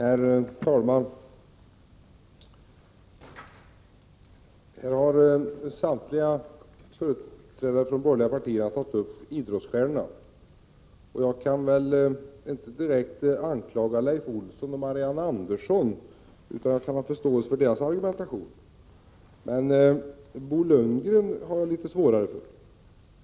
Herr talman! Här har samtliga företrädare från de borgerliga partierna tagit upp idrottsstjärnornas skattefrågor. Jag kan väl inte direkt anklaga Leif Olsson och Marianne Andersson, utan jag har förståelse för deras argumentation. Men Bo Lundgren har jag litet svårare för.